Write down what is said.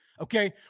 okay